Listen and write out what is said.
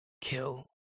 Kill